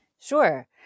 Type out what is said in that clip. Sure